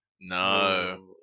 No